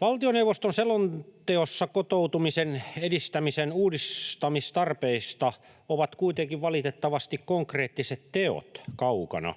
Valtioneuvoston selonteossa kotoutumisen edistämisen uudistamistarpeista ovat kuitenkin valitettavasti konkreettiset teot kaukana.